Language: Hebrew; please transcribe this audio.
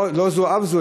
לא זו אף זו,